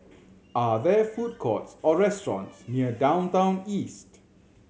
are there food courts or restaurants near Downtown East